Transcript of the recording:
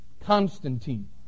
Constantine